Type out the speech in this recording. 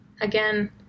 Again